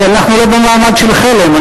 כי אנחנו לא במעמד של חלם,